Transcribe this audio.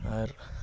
ᱟᱨ